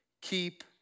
Keep